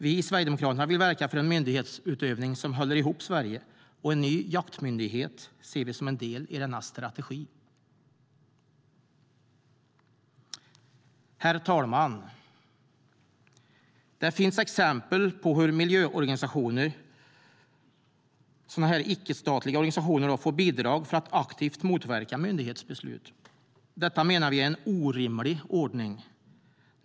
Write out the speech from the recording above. Vi i Sverigedemokraterna vill verka för en myndighetsutövning som håller ihop Sverige, och en ny jaktmyndighet ser vi som en del i denna strategi. Herr talman! Det finns exempel på hur miljöorganisationer - icke-statliga organisationer - får bidrag för att aktivt motverka myndighetsbeslut. Detta menar vi är en orimlig ordning.